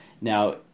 Now